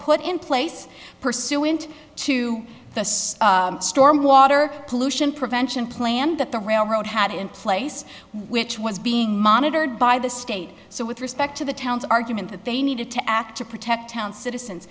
put in place pursuant to the storm water pollution prevention plan that the railroad had in place which was being monitored by the state so with respect to the town's argument that they needed to act to protect towns citizens